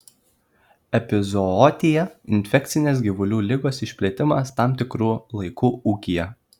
epizootija infekcinės gyvulių ligos išplitimas tam tikru laiku ūkyje